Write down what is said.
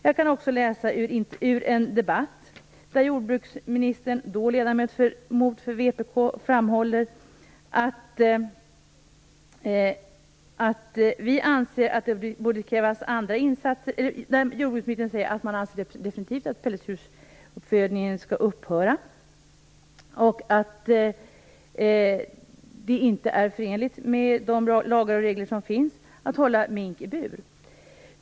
Jag kan också läsa i en debatt, där jordbruksministern, också då ledamot för vpk, framhöll: Vi anser att det borde krävas andra insatser, men jordbruksministern säger att man definitivt anser att pälsdjursuppfödningen skall upphöra och att det inte är förenligt med de lagar och regler som finns att hålla mink i bur.